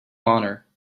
honor